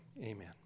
Amen